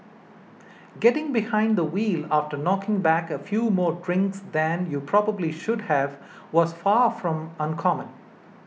getting behind the wheel after knocking back a few more drinks than you probably should have was far from uncommon